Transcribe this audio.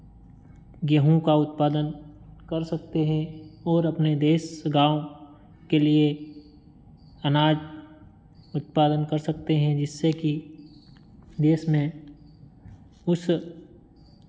गेहूँ का उत्पादन कर सकते हैं और अपने देश गाँव के लिए अनाज उत्पादन कर सकते हैं जिससे कि देश में उस